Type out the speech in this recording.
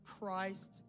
Christ